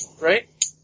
right